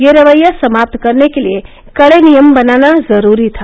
यह रवैया समाप्त करने के लिए कड़े नियम बनाना जरूरी था